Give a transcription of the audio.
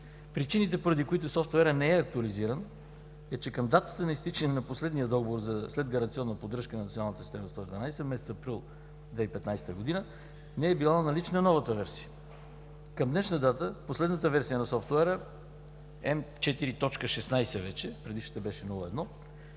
Причините, поради които софтуерът не е актуализиран, е, че към датата на изтичане на последния договор за следгаранционна поддръжка на Националната система 112 – месец април 2015 г., не е била налична новата версия. Към днешна дата последната версия на софтуера М4.16 вече, предишната беше М4.01,